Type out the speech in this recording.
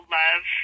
love